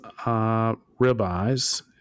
ribeyes